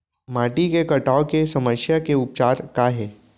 माटी के कटाव के समस्या के उपचार काय हे?